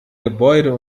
gebäude